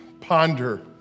ponder